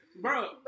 Bro